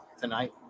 tonight